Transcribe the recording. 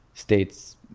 states